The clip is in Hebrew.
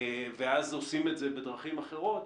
ואז עושים את זה בדרכים אחרות,